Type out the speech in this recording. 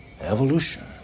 evolution